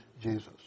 Jesus